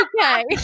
Okay